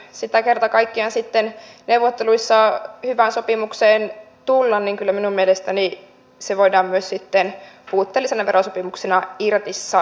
jos ei sitten kerta kaikkiaan neuvotteluissa hyvään sopimukseen tulla niin kyllä minun mielestäni se voidaan puutteellisena verosopimuksena myös irtisanoa